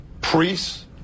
priests